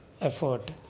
effort